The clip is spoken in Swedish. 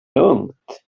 lugnt